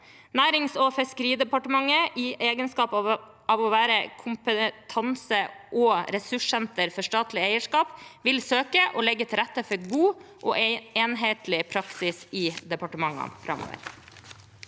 Nærings- og fiskeridepartementet, i egenskap av å være kompetanse- og ressurssenter for statlig eierskap, vil søke å legge til rette for god og enhetlig praksis i departementene framover.